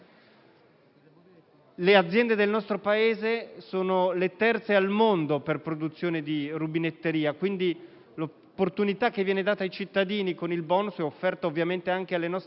Le aziende del nostro Paese sono terze al mondo per produzione di rubinetteria, quindi l'opportunità che viene data ai cittadini con il *bonus* è offerta anche alle nostre imprese,